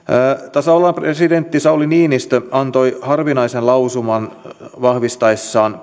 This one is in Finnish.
tasavallan presidentti sauli niinistö antoi harvinaisen lausuman vahvistaessaan